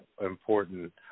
important